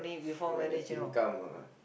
when the thing come ah